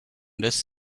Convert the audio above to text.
does